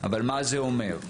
אבל מה זה אומר?